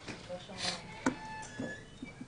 אני רק רוצה ממש בקצרה,